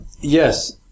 yes